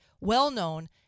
well-known